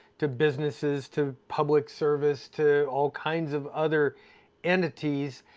to businesses, to public service, to all kinds of other entities.